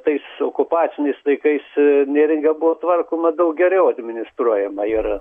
tais okupaciniais laikais neringa buvo tvarkoma daug geriau administruojama ir